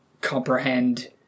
comprehend